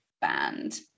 band